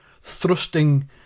thrusting